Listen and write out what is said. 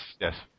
yes